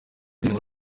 pierre